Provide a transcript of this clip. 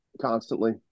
constantly